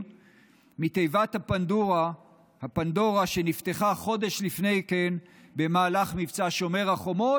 מתיבת הפנדורה שנפתחה חודש לפני כן במהלך מבצע שומר החומות,